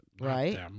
Right